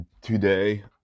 Today